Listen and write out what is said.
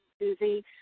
Susie